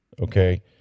okay